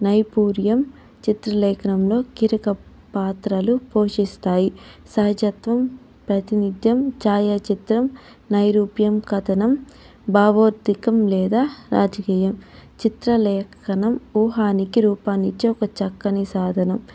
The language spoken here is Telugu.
నైపుర్యాం చిత్రలేఖనంలో కీలక పాత్రలు పోషిస్తాయి సహజత్వం ప్రాతినిధ్యం ఛాయాచిత్రం నైరూప్యం కథనం భావోద్వికం లేదా రాజకీయం చిత్రలేఖనం ఊహానికి రూపాన్ని ఇచ్చే ఒక చక్కని సాధనం